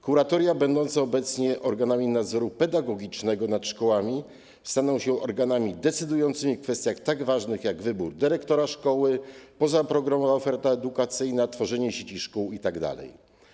Kuratoria będące obecnie organami nadzoru pedagogicznego nad szkołami staną się organami decydującymi w kwestiach tak ważnych jak wybór dyrektora szkoły, pozaprogramowa oferta edukacyjna, tworzenie sieci szkół itd.